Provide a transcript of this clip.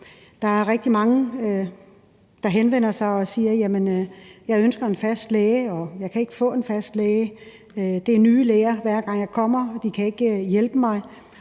Der er rigtig mange, der henvender sig og siger: Jeg ønsker en fast læge, og jeg kan ikke få en fast læge; det er nye læger, hver gang jeg kommer, og de kan ikke hjælpe mig.